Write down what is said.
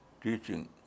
teaching